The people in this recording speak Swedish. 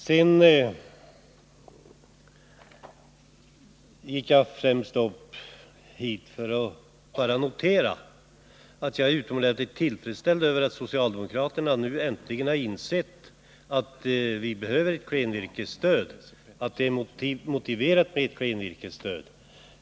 Jag begärde ordet främst för att säga att jag är utomordentligt tillfredsställd över att socialdemokraterna nu äntligen har insett att det är motiverat med ett klenvirkesstöd.